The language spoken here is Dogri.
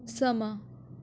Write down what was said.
समां